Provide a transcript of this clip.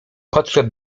podszedł